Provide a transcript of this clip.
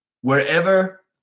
wherever